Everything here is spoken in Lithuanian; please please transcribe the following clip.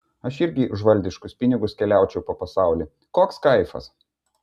aš irgi už valdiškus pinigus keliaučiau po pasaulį koks kaifas